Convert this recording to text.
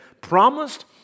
promised